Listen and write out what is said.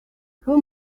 how